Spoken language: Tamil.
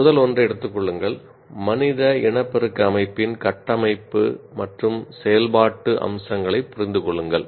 முதல் ஒன்றை எடுத்துக் கொள்ளுங்கள் மனித இனப்பெருக்க அமைப்பின் கட்டமைப்பு மற்றும் செயல்பாட்டு அம்சங்களைப் புரிந்து கொள்ளுங்கள்